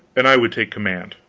and i would take command.